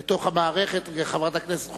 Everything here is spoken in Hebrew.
בתוך המערכת, חברת הכנסת חוטובלי,